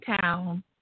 Town